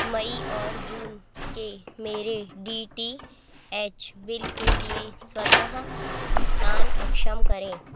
मई और जून के मेरे डी टी एच बिल के लिए स्वतः भुगतान अक्षम करें